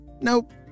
Nope